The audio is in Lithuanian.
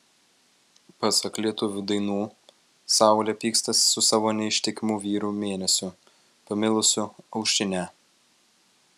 pasak lietuvių dainų saulė pykstasi su savo neištikimu vyru mėnesiu pamilusiu aušrinę